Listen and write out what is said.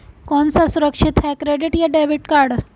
कौन सा सुरक्षित है क्रेडिट या डेबिट कार्ड?